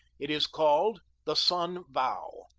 it is called the sun vow.